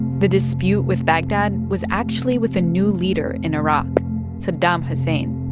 the dispute with baghdad was actually with a new leader in iraq saddam hussein.